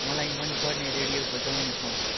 मलाई मनपर्ने रेडियो बजाउनुहोस्